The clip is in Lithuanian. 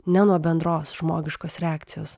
ne nuo bendros žmogiškos reakcijos